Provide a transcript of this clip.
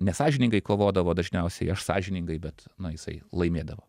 nesąžiningai kovodavo dažniausiai aš sąžiningai bet na jisai laimėdavo